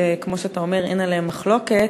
שכמו שאתה אומר אין עליהם מחלוקת,